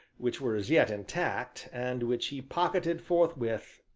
which were as yet intact, and which he pocketed forthwith,